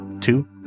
two